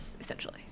essentially